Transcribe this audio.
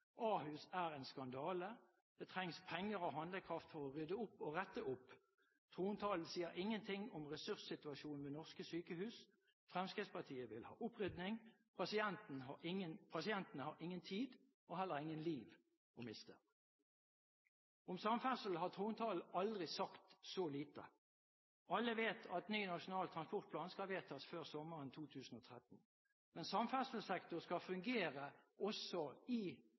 Ahus er en skandale. Det trengs penger og handlekraft for å rydde opp og rette opp. Trontalen sier ingenting om ressurssituasjonen ved norske sykehus. Fremskrittspartiet vil ha opprydding. Pasientene har ingen tid og heller ingen liv å miste. Om samferdsel har trontalen aldri sagt så lite. Alle vet at ny Nasjonal transportplan skal vedtas før sommeren 2013. Men samferdselssektoren skal fungere også i